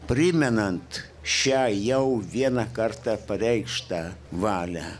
primenant šią jau vieną kartą pareikštą valią